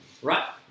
Right